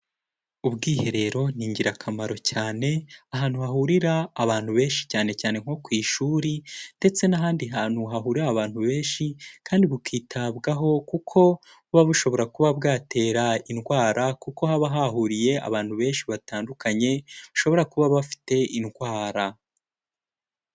Ubwiherero ni ingirakamaro cyane ahantu hahurira abantu benshi cyane cyane nko ku ishuri ndetse n'ahandi hantu hahurira abantu benshi kandi bukitabwaho kuko buba bushobora kuba bwatera indwara kuko haba hahuriye abantu benshi batandukanye, bashobora kuba bafite indwara.